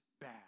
bad